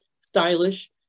stylish